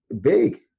big